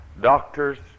doctors